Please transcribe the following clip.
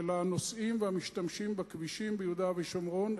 הנוסעים ושל המשתמשים בכבישים ביהודה ושומרון,